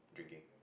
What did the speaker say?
drinking